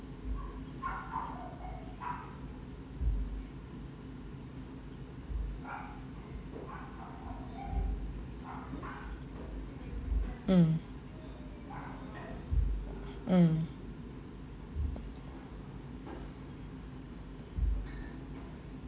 mm mm